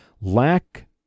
lack